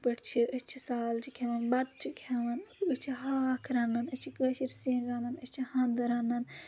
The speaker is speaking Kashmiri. کِتھ پٲٹھۍ چھِ أسۍ چھِ سال چھِ کھؠوان بَتہٕ چھِ کھؠوان أسۍ چھِ ہاکھ رَنان أسۍ چھِ کٲشِر سِنۍ رَنان أسۍ چھِ ہنٛدٕ رَنان